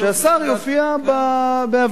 שהשר יופיע בוועדה,